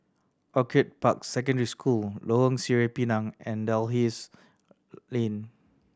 Orchid Park Secondary School Lorong Sireh Pinang and Dalhousie Lane